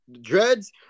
dreads